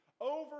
over